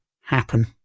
happen